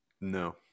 No